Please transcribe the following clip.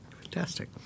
Fantastic